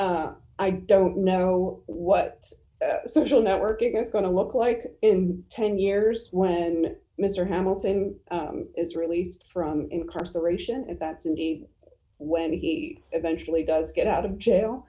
honor i don't know what social networking is going to look like in ten years when mr hamilton is released from incarceration if that's indeed when he eventually does get out of jail